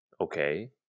okay